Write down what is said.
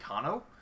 Kano